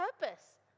purpose